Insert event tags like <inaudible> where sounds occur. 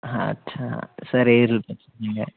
ಹಾಂ ಅಚ್ಛಾ ಸರಿ ಇರಲಿ <unintelligible>